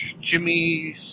Jimmy